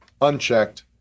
unchecked